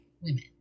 women